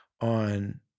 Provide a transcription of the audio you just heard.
on